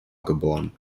geboren